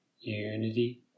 unity